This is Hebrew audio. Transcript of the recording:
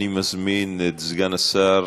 אני מזמין את סגן שר